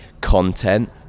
content